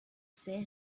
said